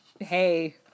Hey